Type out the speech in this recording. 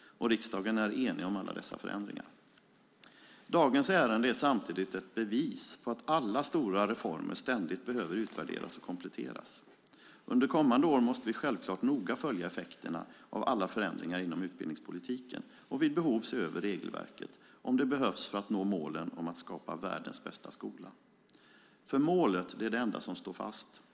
Riksdagen är enig om alla dessa förändringar. Dagens ärende är samtidigt ett bevis på att alla stora reformer ständigt behöver utvärderas och kompletteras. Under kommande år måste vi självklart noga följa effekterna av alla förändringar inom utbildningspolitiken och vid behov se över regelverket om det behövs för att nå målet att skapa världens bästa skola. Målet är nämligen det enda som står fast.